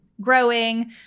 growing